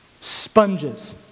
Sponges